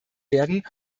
werden